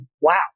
wow